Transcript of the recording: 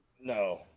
no